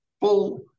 full